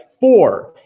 Four